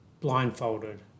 blindfolded